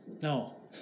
No